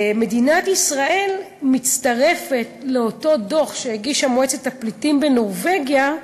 מדינת ישראל מצטרפת לאותו דוח שהגישה מועצת הפליטים בנורבגיה,